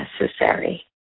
necessary